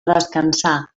descansar